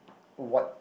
what